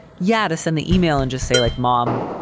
yeah. to send the email and just say, like, mom,